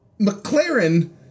McLaren